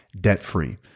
debt-free